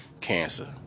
cancer